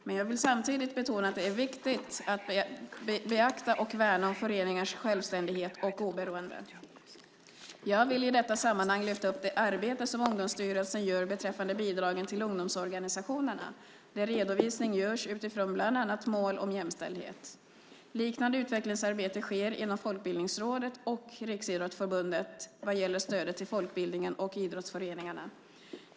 Men jag vill samtidigt betona att det är viktigt att beakta och värna om föreningarnas självständighet och oberoende. Jag vill i detta sammanhang lyfta upp det arbete som Ungdomsstyrelsen gör beträffande bidragen till ungdomsorganisationerna, där redovisning görs utifrån bland annat mål om jämställdhet. Liknande utvecklingsarbete sker inom Folkbildningsrådet och Riksidrottsförbundet vad gäller stödet till folkbildningen och idrottsföreningarna.